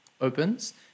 opens